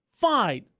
fine